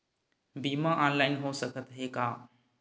बीमा ऑनलाइन हो सकत हे का?